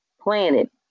planet